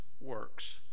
works